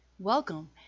Welcome